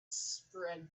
spread